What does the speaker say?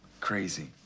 Crazy